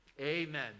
Amen